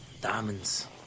diamonds